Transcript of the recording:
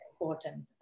important